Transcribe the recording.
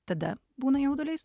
tada būna jaudulys